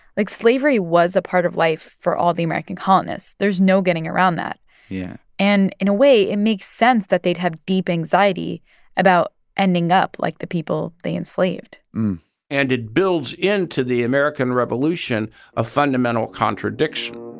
like, slavery was a part of life for all the american colonists. there's no getting around that yeah and, in a way, it makes sense that they'd have deep anxiety about ending up like the people they enslaved and it builds into the american revolution a fundamental contradiction